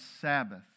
Sabbath